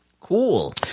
Cool